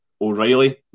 O'Reilly